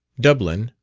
dublin,